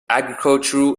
agricultural